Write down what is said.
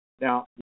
Now